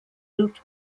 route